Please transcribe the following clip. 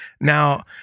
Now